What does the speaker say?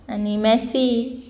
आनी मेसी